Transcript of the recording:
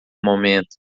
momento